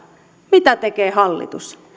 mitä tekee hallitus